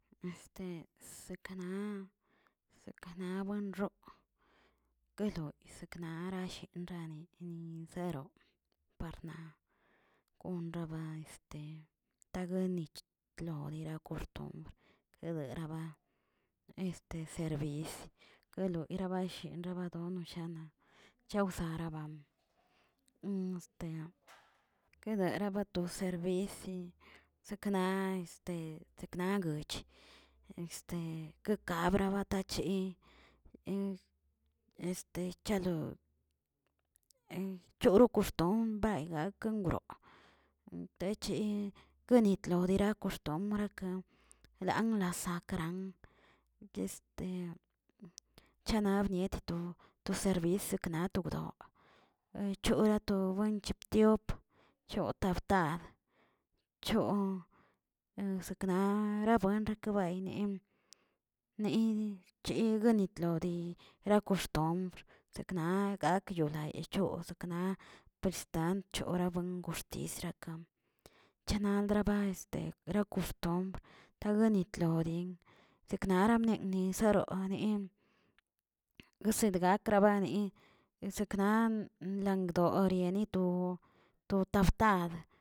Este sekana sekana buenroo, keꞌlo seknara sheꞌnrari nin sero parnaa, gon raba este tlaniguich tlonira koxton kederaba este servis kelo tirabanshe rabadono sha chawsaraba, kerdaraba to serbesi, sekna de sekna guch, kekabra batache chalo choro koston ayraken groꞌo, tachi kenitlo dira koxtombrakə lan lasakran, este chana bniet to to serbis di naktobnot, chora to buen chop tiop, chop tabtab, choo sekna buen rekebayni ni chiguinitlo di rakoxtombr sekna yolayichoog, sekna pestent chora buen guxtisrakan, chanaldraba este racostumbr taganitlodin zaknara memni zeronni, wsedgakrabani sekna langdoriniatuto tabtad.